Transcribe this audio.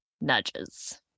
Nudges